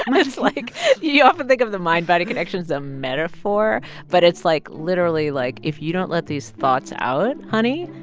and it's like you often think of the mind-body connection as a metaphor. but it's like literally, like, if you don't let these thoughts out, honey.